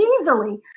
easily